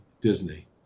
Disney